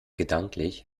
gedanklich